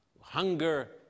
hunger